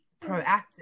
proactive